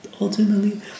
Ultimately